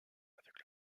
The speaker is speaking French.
avec